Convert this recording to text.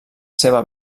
seva